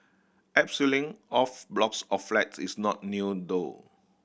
abseiling off blocks of flats is not new though